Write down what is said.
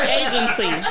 agency